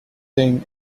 thing